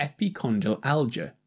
epicondylalgia